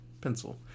pencil